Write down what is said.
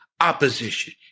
Opposition